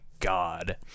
god